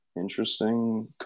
interesting